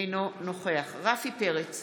אינו נוכח רפי פרץ,